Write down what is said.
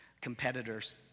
competitors